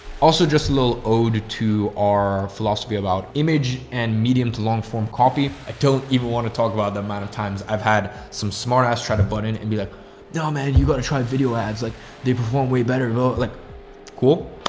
also just a little ode to our philosophy about image and medium to long form copy. i don't even want to talk about the amount of times i've had some smart ass try to button and be like, no man, you got to try video ads. like they perform way better. like cool.